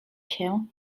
się